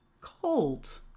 cold